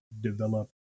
develop